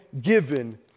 given